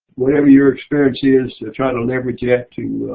whatever your experience is, try to leverage that to